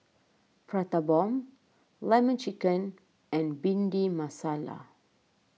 Prata Bomb Lemon Chicken and Bhindi Masala